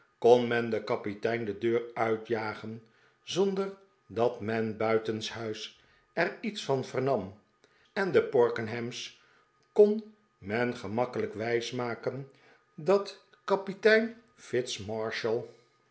kon men den kapitein de deur uitjagen zonder dat men buitenshuis er iets van vernam en den porkenham's kon men gemakkelijk wijsmaken dat kapitein